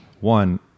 One